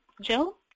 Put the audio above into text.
Jill